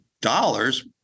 dollars